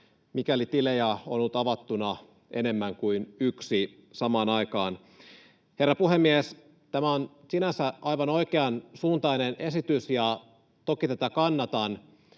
joissa tilejä on ollut avattuna enemmän kuin yksi samaan aikaan. Herra puhemies! Tämä on sinänsä aivan oikeansuuntainen esitys, ja toki tätä kannatan,